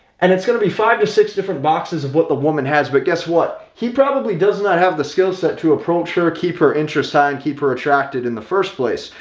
and it's going to be five to six different boxes of what the woman has. but guess what, he probably does not have the skill set to approach her keep her interest ah and keep her attracted in the first place.